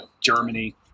Germany